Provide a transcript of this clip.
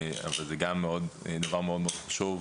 אבל גם זה דבר מאוד-מאוד חשוב.